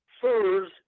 furs